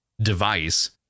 Device